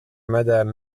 madame